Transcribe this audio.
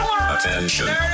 Attention